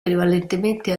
prevalentemente